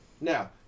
Now